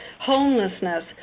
homelessness